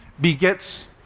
begets